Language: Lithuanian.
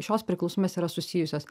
šios priklausymės yra susijusios